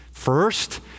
First